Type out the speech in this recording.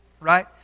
right